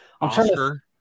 Oscar